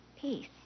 Peace